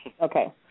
Okay